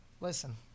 Listen